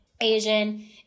Asian